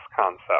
concept